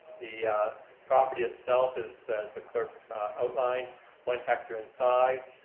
the property itself is as the clerk's outlined one hectare in size,